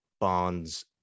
Bonds